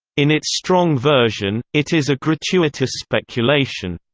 in its strong version, it is a gratuitous speculation.